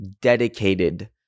dedicated